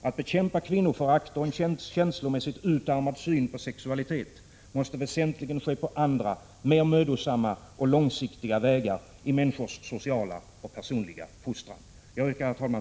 Att bekämpa kvinnoförakt och en känslomässigt utarmad syn på sexualitet måste väsentligen ske på andra, mer mödosamma och långsiktiga vägar i människors sociala och personliga fostran.”